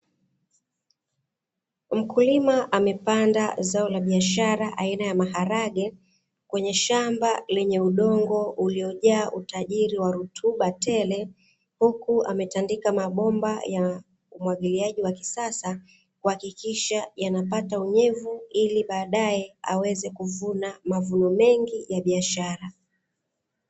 Mkulima amepanda zao la biashara aina ya maharage kwenye shamba lenye udongo uliojaa utajiri wa rutuba tele. Huku ametandika mabomba ya umwagiliaji wa kisasa kuhakikisha yanapata unyevu ili baadaye aweze kuvuna mavuno mengi ya biashara.